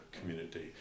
community